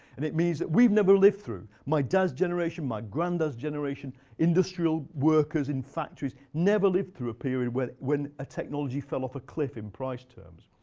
and it means that we've never lived through. my dad's generation, my granddad's generation, industrial workers in factories never lived through a period when when a technology fell off a cliff in price terms.